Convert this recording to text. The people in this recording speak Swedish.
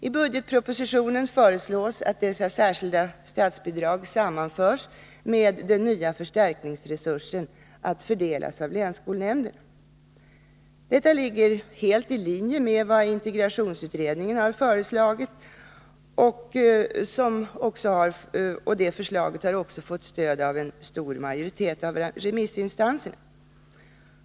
I budgetpropo Onsdagen den sitionen föreslås att detta särskilda statsbidrag sammanförs med den nya 22 april 1981 förstärkningsresursen att fördelas av länsskolnämnderna. Detta ligger helt i linje med vad integrationsutredningen har föreslagit, och det förslaget har Anslag till driften också fått stöd av en stor majoritet av remissinstanserna.